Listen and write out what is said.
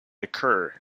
occur